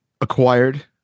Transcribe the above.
acquired